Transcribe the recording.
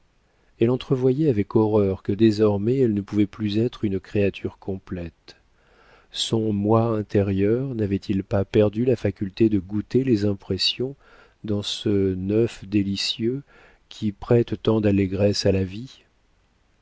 elle entrevoyait avec horreur que désormais elle ne pouvait plus être une créature complète son moi intérieur n'avait-il pas perdu la faculté de goûter les impressions dans ce neuf délicieux qui prête tant d'allégresse à la vie